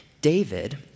David